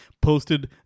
posted